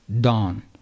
Dawn